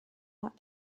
that